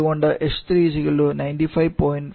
8 MPa അതുകൊണ്ട് h3 hf|PC 95